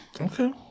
Okay